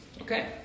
Okay